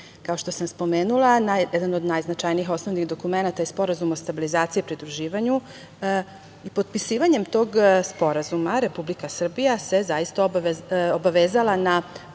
što sam spomenula, jedan od najznačajnijih osnovnih dokumenata je Sporazum o stabilizaciji i pridruživanju. Potpisivanjem tog sporazuma Republika Srbija se zaista obavezala na